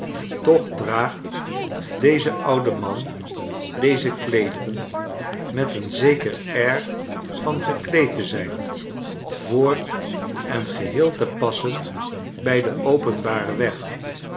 toch draagt deze oude man deze kleederen met een zeker air van gekleed te zijn voor en geheel te passen bij den openbaren weg